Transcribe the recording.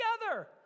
together